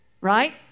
Right